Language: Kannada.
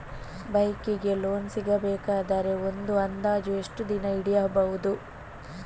ಬೈಕ್ ಗೆ ಲೋನ್ ಸಿಗಬೇಕಾದರೆ ಒಂದು ಅಂದಾಜು ಎಷ್ಟು ದಿನ ಹಿಡಿಯಬಹುದು?